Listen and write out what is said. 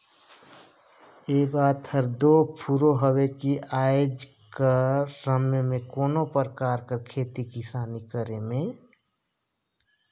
ए बात हर दो फुरों हवे कि आएज कर समे में कोनो परकार कर खेती किसानी करे में